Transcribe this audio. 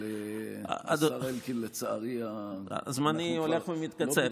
אבל השר אלקין, לצערי --- זמני הולך ומתקצר.